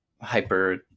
hyper